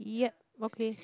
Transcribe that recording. ya okay